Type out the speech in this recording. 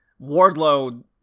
Wardlow